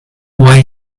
why